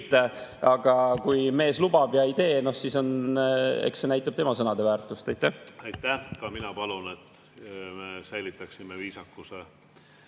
… Kui mees lubab ja ei tee, siis eks see näitab tema sõnade väärtust. Aitäh! Ka mina palun, et me säilitaksime viisakuse.